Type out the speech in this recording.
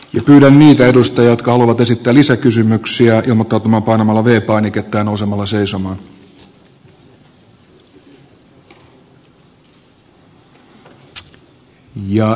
lähdemme edustajat kalvot esittää lisäkysymyksiä mutta painamalla viikkon ketä nousemalla arvoisa puhemies